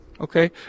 Okay